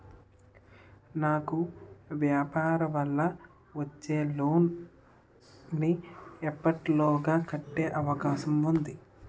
నాకు వ్యాపార వల్ల వచ్చిన లోన్ నీ ఎప్పటిలోగా కట్టే అవకాశం ఉంది?